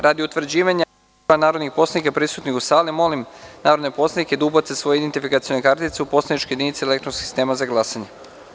Radi utvrđivanja broja narodnih poslanika prisutnih u sali, molim narodne poslanike da ubace svoje identifikacione kartice u poslaničke jedinice elektronskog sistema za glasanje.